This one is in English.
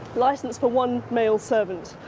licensed for one male servant,